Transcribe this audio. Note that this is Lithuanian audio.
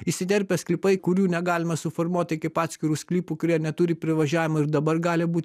įsiterpę sklypai kurių negalima suformuot tai kaip atskirų sklypų kurie neturi privažiavimo ir dabar gali būt